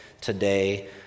today